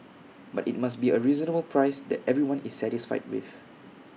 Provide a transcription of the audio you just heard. but IT must be A reasonable price that everyone is satisfied with